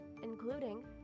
including